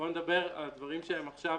בואו נדבר על הדברים שהם עכשיו,